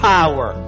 Power